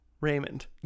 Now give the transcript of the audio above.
Raymond